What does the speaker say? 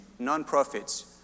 nonprofits